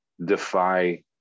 Defy